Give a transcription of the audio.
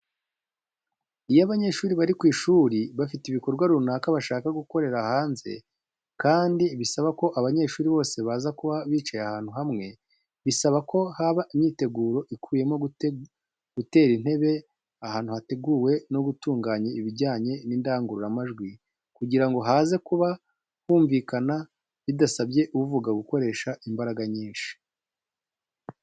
Iyo abanyeshuri bari ku ishuri bafite ibikorwa runaka bashaka gukorera hanze kandi bisaba ko abanyeshuri bose baza kuba bicaye ahantu hamwe, bisaba ko haba imyiteguro ikubiyemo gutera intebe ahantu hateguwe no gutunganya ibijyanye n'indangururamajwi kugira ngo haze kubaho kumvikana bidasabye uvuga gukoresha imbaraga nyinshi.